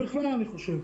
בכלל, אני חושב,